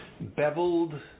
beveled